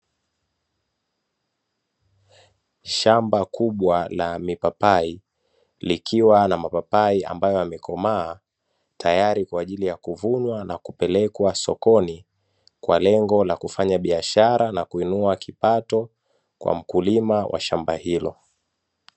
Shamba kubwa la mipapai likiwa na mapapai ambayo yamekomaa tayari kwa ajili ya kuvunwa na kupelekwa sokoni kwa lengo la kufanya biashara na kuinua kipato kwa mkulima wa shamba hilo.